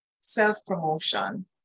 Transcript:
self-promotion